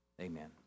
Amen